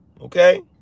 Okay